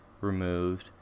removed